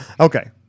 Okay